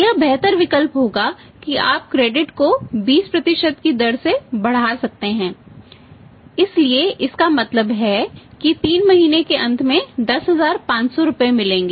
यह बेहतर विकल्प होगा कि आप क्रेडिट को 20 की दर से बढ़ा सकते हैं इसलिए इसका मतलब है कि 3 महीने के अंत में 10500 रुपये मिलेंगे